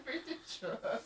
so I was like oh